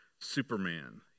superman